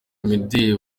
imideli